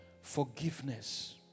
forgiveness